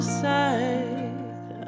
side